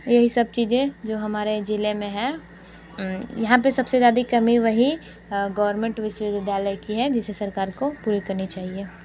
यही सब चीज़ें जो हमारे ज़िले में हैं यहाँ पर सब से ज़्यादा कमी वही गवर्नमेंट विश्वविद्यालय की है जिसे सरकार को पूरी करनी चाहिए